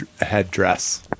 headdress